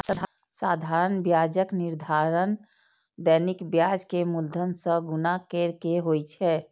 साधारण ब्याजक निर्धारण दैनिक ब्याज कें मूलधन सं गुणा कैर के होइ छै